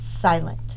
silent